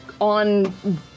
on